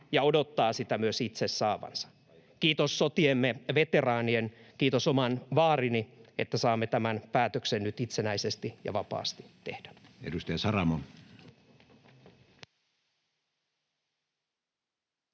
ja odottaa sitä myös itse saavansa. Kiitos sotiemme veteraanien — kiitos oman vaarini — saamme tämän päätöksen nyt itsenäisesti ja vapaasti tehdä.